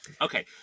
Okay